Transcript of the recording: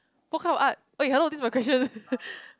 what kind of art !oi! hello this's my question